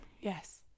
Yes